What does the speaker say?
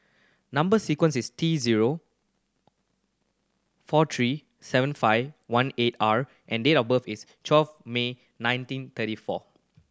number sequence is T zero four three seven five one eight R and date of birth is twelve May nineteen thirty four